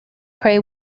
prey